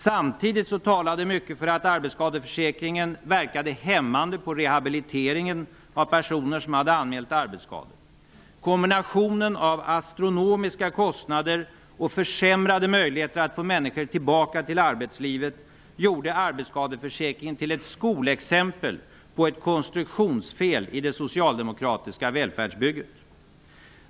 Samtidigt talade mycket för att arbetsskadeförsäkringen verkade hämmande på rehabiliteringen av personer som hade anmält arbetsskador. Kombinationen av astronomiska kostnader och försämrade möjligheter att få människor tillbaka till arbetslivet gjorde arbetsskadeförsäkringen till ett skolexempel på konstruktionsfel i det socialdemokratiska välfärdsbygget.